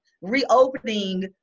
reopening